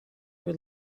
were